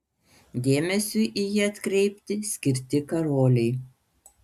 dėmesiui į jį atkreipti skirti karoliai